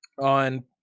on